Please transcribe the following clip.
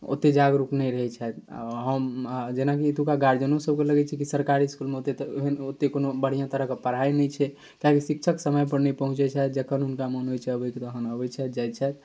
ओतेक जागरूक नहि रहै छथि आओर हम आओर जेनाकि एतुका गार्जिअनोसभके लगै छै कि सरकारी इसकुलमे ओतेक तऽ एहन ओतेक तऽ कोनो बढ़िआँ तरहके पढ़ाइ नहि छै किएकि शिक्षक समयपर नहि पहुँचै छथि जखन हुनका मोन होइ छनि आबैके आबै छथि जाइ छथि